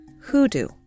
hoodoo